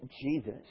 Jesus